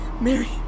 Mary